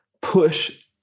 Push